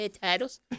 titles? (